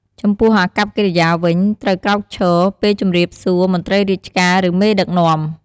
ចំពោះអាកប្បកិរិយាវិញ ត្រូវក្រោកឈរ ពេលជម្រាបសួរមន្រ្តីរាជការ ឫមេដឹកនាំ។